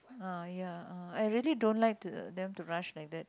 ah ya ah I really don't like th~ them to rush like that